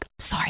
Sorry